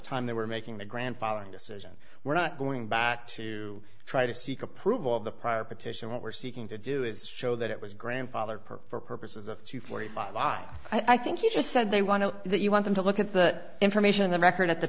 time they were making the grandfathering decision we're not going back to try to seek approval of the prior petition what we're seeking to do is show that it was grandfathered per for purposes of two forty five i think you just said they want to do that you want them to look at the information in the record at the